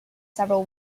several